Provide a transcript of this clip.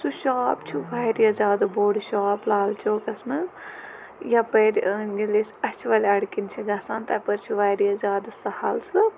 سُہ شاپ چھُ واریاہ زیادٕ بوٚڑ شاپ لال چوکَس منٛز یَپٲرۍ ییٚلہِ أسۍ اَچھٕ وَل اَڈٕ کِنۍ چھِ گژھان تَپٲرۍ چھُ واریاہ زیادٕ سہل سُہ